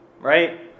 Right